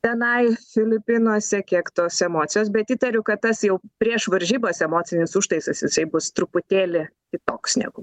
tenai filipinuose kiek tos emocijos bet įtariu kad tas jau prieš varžybas emocinis užtaisas jisai bus truputėlį kitoks negu